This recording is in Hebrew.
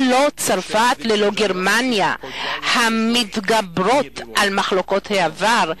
ללא צרפת וגרמניה המתגברות על מחלוקות העבר,